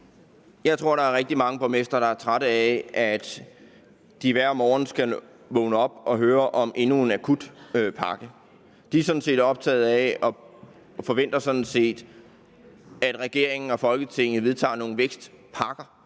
Jeg tror, der er rigtig mange borgmestre, der er trætte af, at de hver morgen skal vågne op til at høre om endnu en akutpakke. De er optaget af og forventer sådan set, at regeringen og Folketinget vedtager nogle vækstpakker,